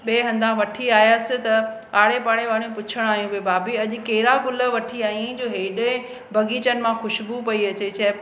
ॿिए हंदा वठी आयसि त आड़े पाड़े वारनि पुछण आहियूं बई भाभी अॼु कहिड़ा गुल वठी आई जो एॾे बगीचनि मां ख़ुशबू पई अचे